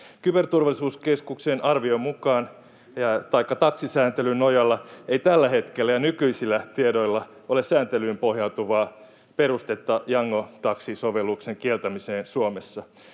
Kyberturvallisuuskeskuksen arvion mukaan taikka taksisääntelyn nojalla ei tällä hetkellä ja nykyisillä tiedoilla ole sääntelyyn pohjautuvaa perustetta Yango-taksisovelluksen kieltämiseen Suomessa.